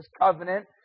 covenant